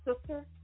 sister